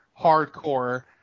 hardcore